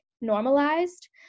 normalized